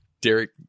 Derek